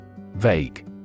Vague